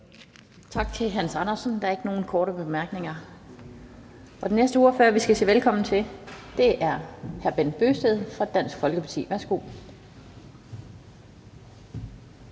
Tak til hr. Hans Andersen. Der er ikke nogen korte bemærkninger. Den næste ordfører, vi skal sige velkommen til, er hr. Bent Bøgsted fra Dansk Folkeparti. Værsgo.